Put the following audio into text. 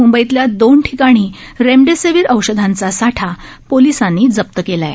मुंबईतल्या दोन ठिकाणांहन रेमेडेसीवीर औषधांचा साठा पोलिसांनी जप्त केला आहे